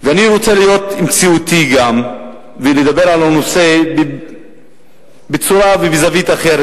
אני רוצה להיות גם מציאותי ולדבר על הנושא בצורה אחרת ומזווית אחרת,